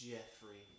Jeffrey